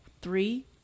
three